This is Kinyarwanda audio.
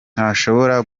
ntashobora